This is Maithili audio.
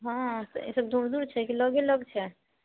हँ ई सब दूर दूर छै की लगे लग छै